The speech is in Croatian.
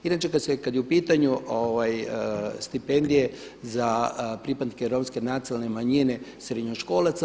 Inače kad je u pitanju stipendije za pripadnike romske nacionalne manjine srednjoškolaca.